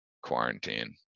quarantine